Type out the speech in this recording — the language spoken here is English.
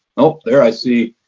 oh, there i see.